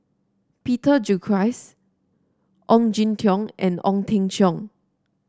Peter Gilchrist Ong Jin Teong and Ong Teng Cheong